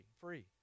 Free